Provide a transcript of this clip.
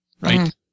right